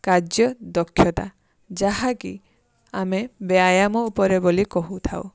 କାର୍ଯ୍ୟଦକ୍ଷତା ଯାହାକି ଆମେ ବ୍ୟାୟାମ ଉପରେ ବୋଲି କହୁଥାଉ